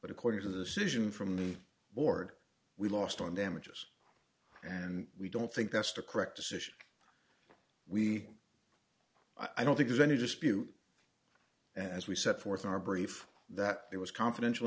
but according to the situation from the board we lost on damages and we don't think that's the correct decision we i don't think there's any dispute as we set forth in our brief that there was confidential